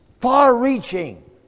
far-reaching